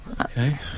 okay